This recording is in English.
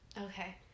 Okay